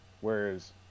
Whereas